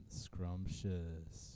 scrumptious